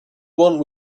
want